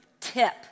tip